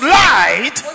light